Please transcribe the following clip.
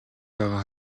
байгаа